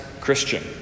Christian